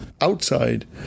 outside